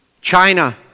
China